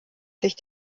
sich